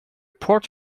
port